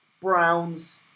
Browns